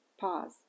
Pause